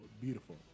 Beautiful